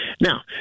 now